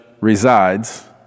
resides